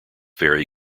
vary